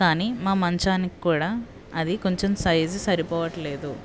కానీ మా మంచానికి కూడా అది కొంచెం సైజ్ సరిపోవట్లేదు